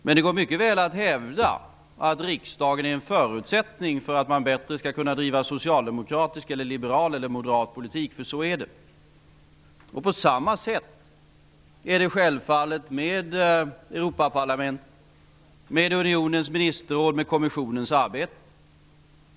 Men det går mycket väl att hävda att riksdagen är en förutsättning för att man bättre skall kunna driva socialdemokratisk, liberal eller moderat politik, för så är det. På samma sätt är det självfallet med Europaparlamentet, unionens ministerråd och kommissionens arbete.